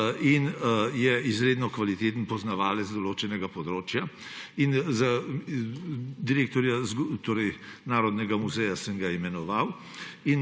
in je izredno kvaliteten poznavalec določenega področja. Za direktorja narodnega muzeja sem ga imenoval